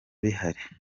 bihari